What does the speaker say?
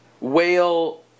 Whale